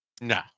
No